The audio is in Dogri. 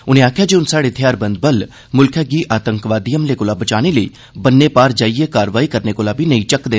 उनें आक्खेआ जे हुन स्हाड़े थेआरबंद बल मुल्खै गी आतंकवादी हमलें कोला बचाने लेई बन्ने पार जाइयै कारवाई करने कोला बी नेई झकदे